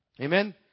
Amen